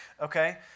Okay